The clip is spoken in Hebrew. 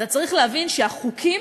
אתה צריך להבין שהחוקים